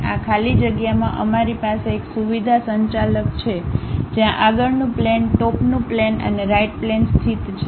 આ ખાલી જગ્યામાં અમારી પાસે એક સુવિધા સંચાલક છે જ્યાં આગળનું પ્લેન ટોપનું પ્લેન અને રાઈટ પ્લેન સ્થિત છે